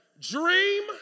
Dream